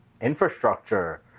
infrastructure